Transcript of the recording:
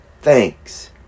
thanks